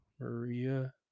Maria